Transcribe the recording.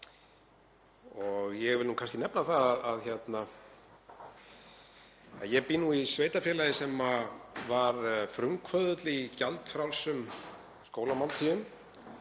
Ég vil kannski nefna það að ég bý í sveitarfélagi sem var frumkvöðull í gjaldfrjálsum skólamáltíðum,